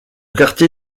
quartier